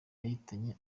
yahitanye